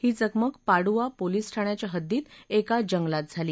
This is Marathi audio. ही चकमक पाडुआ पोलीस ठाण्याच्या हद्दीत एका जंगलात झाली